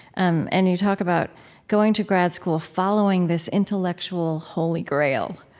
um and you talk about going to grad school, following this intellectual holy grail.